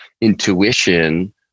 intuition